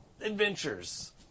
adventures